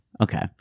Okay